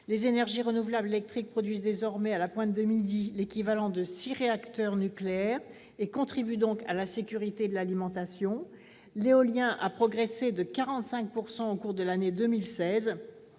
les énergies renouvelables électriques produisent désormais, à la pointe de midi, l'équivalent de 6 réacteurs nucléaires et contribuent donc à la sécurité de l'alimentation ; l'éolien a progressé de 45 % en 2016